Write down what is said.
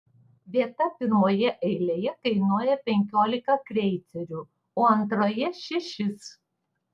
vieta pirmoje eilėje kainuoja penkiolika kreicerių o antroje šešis